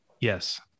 Yes